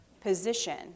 position